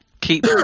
Keep